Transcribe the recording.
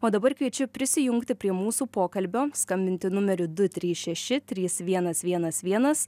o dabar kviečiu prisijungti prie mūsų pokalbio skambinti numeriu du trys šeši trys vienas vienas vienas